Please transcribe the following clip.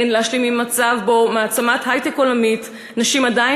אין להשלים עם מצב שבו במעצמת היי-טק עולמית נשים עדיין